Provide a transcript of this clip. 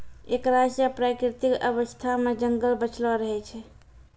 एकरा से प्राकृतिक अवस्था मे जंगल बचलो रहै छै